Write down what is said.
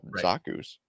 zakus